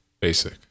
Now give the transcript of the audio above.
Basic